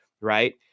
right